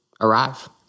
arrive